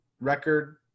record